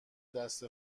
دست